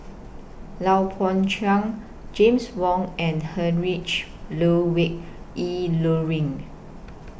Lui Pao Chuen James Wong and Heinrich Ludwig Emil Luering